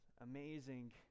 amazing